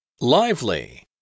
Lively